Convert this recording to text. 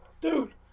Dude